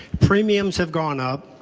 premiums have gone up,